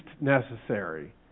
necessary